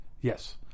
Yes